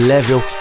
Level